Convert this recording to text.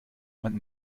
man